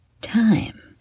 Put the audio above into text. time